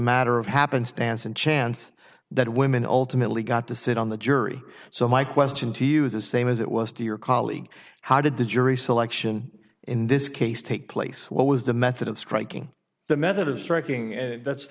matter of happenstance and chance that women ultimately got to sit on the jury so my question to you is the same as it was to your colleague how did the jury selection in this case take place what was the method of striking the method of striking and that's